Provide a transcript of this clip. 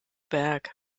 berg